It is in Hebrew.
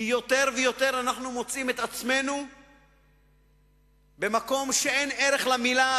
כי יותר ויותר אנחנו מוצאים את עצמנו במקום שאין ערך למלה,